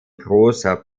großer